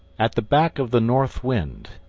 at the back of the north wind